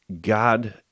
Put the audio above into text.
God